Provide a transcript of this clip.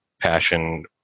passion